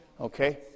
Okay